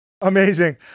Amazing